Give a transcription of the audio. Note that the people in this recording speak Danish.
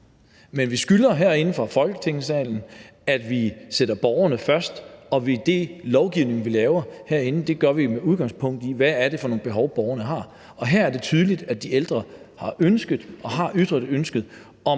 fra Folketingssalen, at vi sætter borgerne først, og at vi i den lovgivning, vi laver herinde, gør det med udgangspunkt i, hvad det er for nogle behov borgerne har, og her er det tydeligt, at de ældre har ønsket og har ytret ønsket om